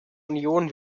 union